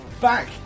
back